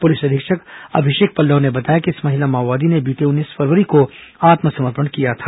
police अधीक्षक अभिषेक पल्लव ने बताया कि इस महिला माओवादी ने बीते उन्नीस फरवरी को आत्मसमर्पण किया था